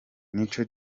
nico